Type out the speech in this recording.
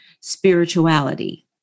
spirituality